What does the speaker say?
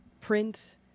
print